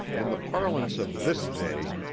in the parlance of this day,